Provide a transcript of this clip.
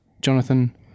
Jonathan